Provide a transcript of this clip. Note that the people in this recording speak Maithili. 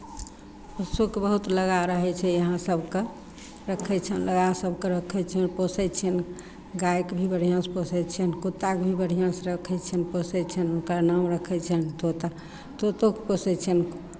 पशुके बहुत लगाव रहै छै यहाँ सभके रखै छनि लगाव सभके रखै छियनि पोसै छियनि गायकेँ भी बढ़िआँसँ पोसै छियनि कुत्ताकेँ भी बढ़िआँसँ रखै छियनि पोसै छियनि हुनका नाम रखै छियनि तोता तोतोकेँ पोसै छियनि